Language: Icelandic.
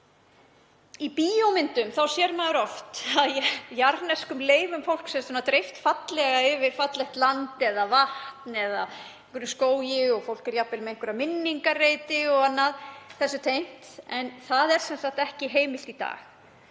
Í bíómyndum sér maður oft að jarðneskum leifum fólks er dreift fallega yfir fallegt land eða vatn eða í einhverjum skógi og fólk er jafnvel með einhverja minningarreiti og annað því tengt. En það er ekki heimilt í dag